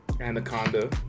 anaconda